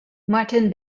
martin